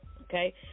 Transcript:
okay